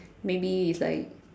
maybe it's like